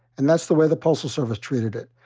and that's the way the postal service treated it.